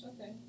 Okay